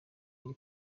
iri